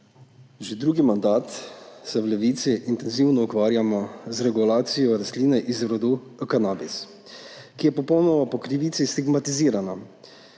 Že drugi mandat se v Levici intenzivno ukvarjamo z regulacijo rastline iz rodu Cannabis, ki je popolnoma po krivici stigmatizirana.